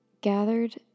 gathered